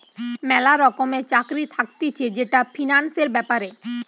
ম্যালা রকমের চাকরি থাকতিছে যেটা ফিন্যান্সের ব্যাপারে